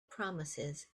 promises